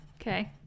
okay